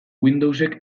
windowsek